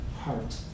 heart